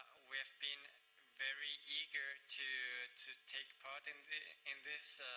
we have been very eager to to take part in in this,